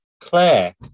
Claire